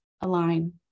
align